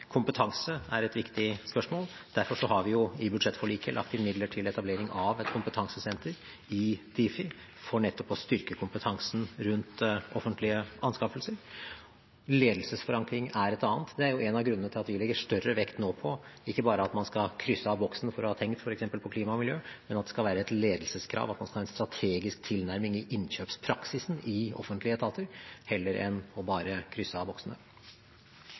Kompetanse er et viktig spørsmål. Derfor har vi i budsjettforliket lagt inn midler til etablering av et kompetansesenter i Difi for nettopp å styrke kompetansen rundt offentlige anskaffelser. Ledelsesforankring er et annet. Det er en av grunnene til at vi nå legger større vekt på ikke bare at man skal krysse av boksen for å ha tenkt f.eks. på klima og miljø, men at det skal være et ledelseskrav at man skal ha en strategisk tilnærming i innkjøpspraksisen i offentlige etater heller enn bare å krysse av